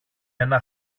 ένα